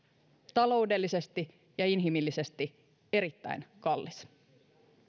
taloudellisesti ja inhimillisesti erittäin kallis